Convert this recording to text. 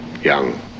Young